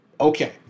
Okay